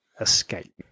escape